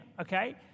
okay